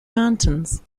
mountains